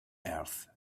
earth